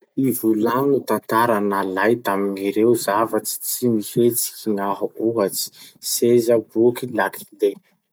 Ivolagno tantara nalay tamign'ireo zavatsy tsy mihetsiky gnaho. Ohatsy seza, boky, lakile.